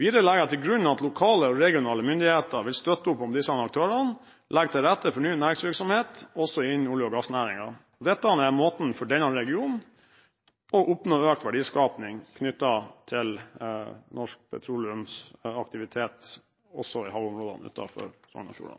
Videre legger jeg til grunn at lokale og regionale myndigheter vil støtte opp om disse aktørene og legge til rette for ny næringsvirksomhet også innen olje- og gassnæringen. Dette er måten for denne regionen til å oppnå økt verdiskaping knyttet til norsk petroleumsaktivitet, også i havområdene